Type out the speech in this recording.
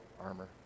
armor